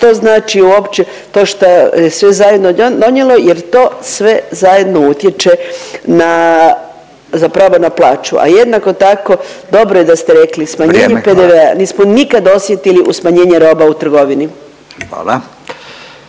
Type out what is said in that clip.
što znači uopće to što je sve zajedno donijelo jer to sve zajedno utječe na zapravo na plaću, a jednako tako dobro da ste rekli… …/Upadica Radin: Vrijeme, hvala./… …smanjenje PDV-a nismo nikad osjetili u smanjenje roba u trgovini.